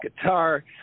guitar